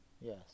Yes